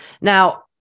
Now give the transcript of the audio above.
Now